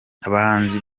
abahanzi